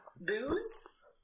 booze